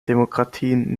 demokratien